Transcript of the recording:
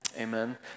Amen